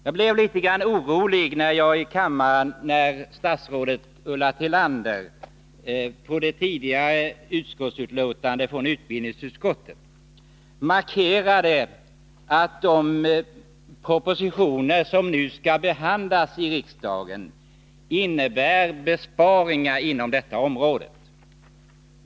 Jag blev litet orolig när statsrådet Ulla Tillander i diskussionen med anledning av det tidigare betänkandet från utbildningsutskottet markerade att de propositioner som nu skall behandlas i riksdagen innebär besparingar inom detta område.